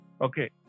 Okay